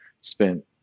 spent